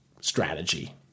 strategy